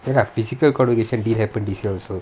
ya lah physical convocation didn't happen this year also